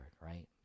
Right